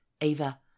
Ava